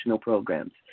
programs